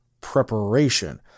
preparation